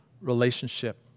relationship